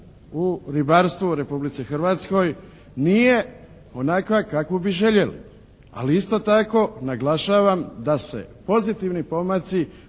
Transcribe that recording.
u ribarstvu u Republici Hrvatskoj nije onakva kakvu bi željeli ali isto tako naglašavam da se pozitivni pomaci